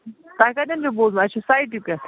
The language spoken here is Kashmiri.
تۄہہِ کَتیٚن چھُو بوٗزٕمُت اَسہِ چھِ سایٹہِ پٮ۪ٹھ